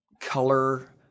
color